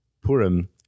Purim